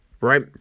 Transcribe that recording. Right